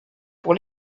pour